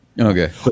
okay